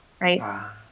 right